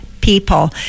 people